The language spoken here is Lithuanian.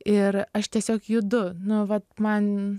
ir aš tiesiog judu nu vat man